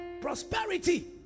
prosperity